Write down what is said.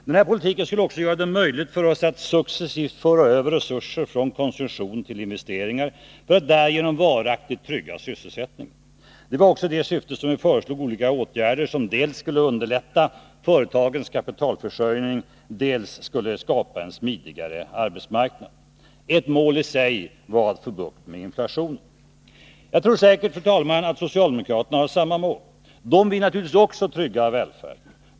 Den här politiken skulle också göra det möjligt för oss att successivt föra över resurser från konsumtion till investeringar för att därigenom varaktigt trygga sysselsättningen. Det var också i det syftet som vi föreslog olika åtgärder som dels skulle underlätta företagens kapitalförsörjning, dels skapa en smidigare arbetsmarknad. Ett mål i sig var att få bukt med inflationen. Jag tror säkert, fru talman, att socialdemokraterna har samma mål. Också de vill naturligtvis trygga välfärden.